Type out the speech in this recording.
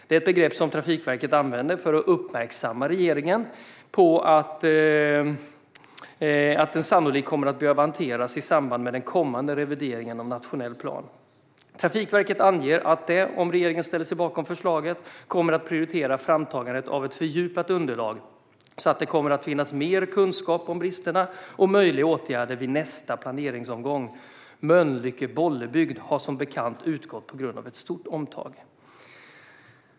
Det är ett begrepp som Trafikverket använder för att uppmärksamma regeringen på att sträckan sannolikt kommer att behöva hanteras i samband med kommande revidering av nationell plan. Trafikverket anger att det, om regeringen ställer sig bakom förslaget, kommer att prioritera framtagandet av ett fördjupat underlag så att det kommer att finnas mer kunskap om bristerna och möjliga åtgärder vid nästa planeringsomgång. Mölnlycke-Bollebygd har som bekant utgått på grund av ett stort omtag.